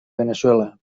veneçuela